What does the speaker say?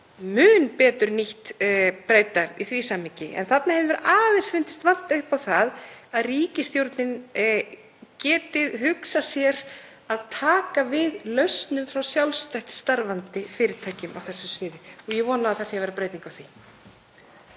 mun betur nýtt breyta í því samhengi. En mér hefur aðeins fundist vanta upp á að ríkisstjórnin geti hugsað sér að taka við lausnum frá sjálfstætt starfandi fyrirtækjum á þessu sviði. Ég vona að það sé að verða breyting á því.